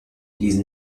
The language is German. die